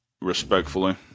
respectfully